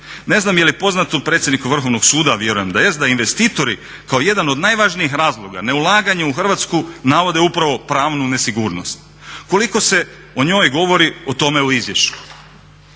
Ne znam je li poznato predsjedniku Vrhovnog suda, a vjerujem da jest da investitori kao jedan od najvažnijih razloga neulaganje u Hrvatsku navode upravo pravnu nesigurnost. Koliko se o njoj govori o tome u izvješću?